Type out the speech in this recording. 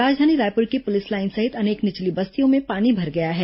राजधानी रायपुर की police line सहित अनेक निचली बस्तियों में पानी भर गया है